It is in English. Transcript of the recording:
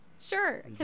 sure